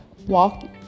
walk